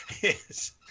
yes